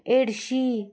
एडशी